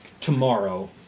tomorrow